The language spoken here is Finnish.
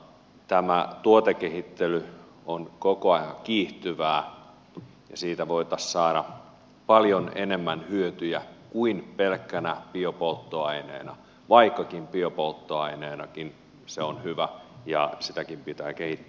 tämä tuotekehittely on koko ajan kiihtyvää ja siitä voitaisiin saada paljon enemmän hyötyjä kuin pelkkänä biopolttoaineena vaikkakin biopolttoaineenakin se on hyvä ja sitäkin pitää kehittää